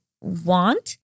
want